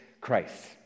Christ